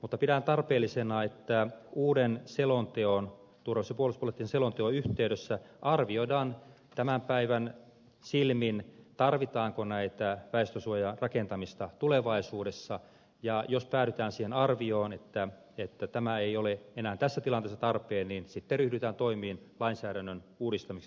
mutta pidän tarpeellisena että uuden turvallisuus ja puolustuspoliittisen selonteon yhteydessä arvioidaan tämän päivän silmin tarvitaanko näitä väestösuojien rakentamisia tulevaisuudessa ja jos päädytään siihen arvioon että tämä ei ole enää tässä tilanteessa tarpeen niin sitten ryhdytään toimiin lainsäädännön uudistamiseksi tältä osin